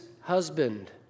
husband